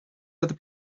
other